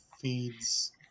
feeds